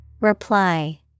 Reply